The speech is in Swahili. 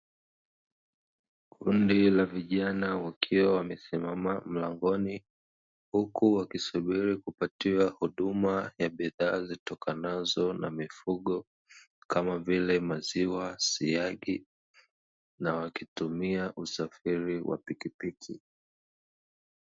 Kundi la vijana wakiwa wamesimama mlangoni, huku wakisubiri kupatiwa huduma ya bidhaa zitokanazo na mifugo, kama vile: maziwa, siagi na wakitumia usafiri wa pikipiki.